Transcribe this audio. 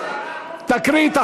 לא נותנים לי לדבר.